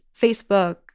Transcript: Facebook